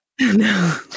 No